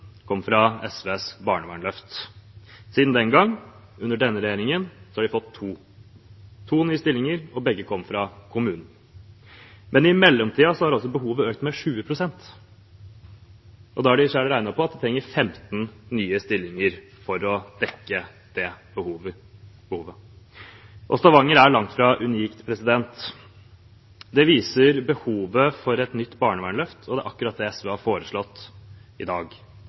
kom fra SVs barnevernsløft. Siden den gang, under denne regjeringen, har de fått to – to nye stillinger, og begge kom fra kommunen. Men i mellomtiden har behovet økt med 20 pst. Da har de selv regnet på at de trenger 15 nye stillinger for å dekke det behovet. Stavanger er langt fra unikt. Det viser behovet for et nytt barnevernsløft, og det er akkurat det SV har foreslått i dag.